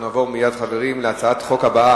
אנחנו נעבור מייד להצבעה על הצעת החוק הבאה,